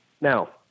Now